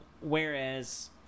Whereas